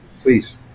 Please